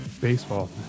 baseball